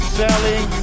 selling